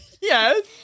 Yes